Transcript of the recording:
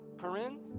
Corinne